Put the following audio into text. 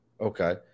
Okay